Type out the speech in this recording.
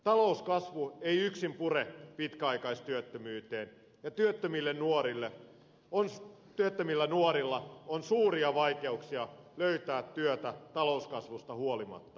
talouskasvu ei yksin pure pitkäaikaistyöttömyyteen ja työttömillä nuorilla on suuria vaikeuksia löytää työtä talouskasvusta huolimatta